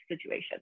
situation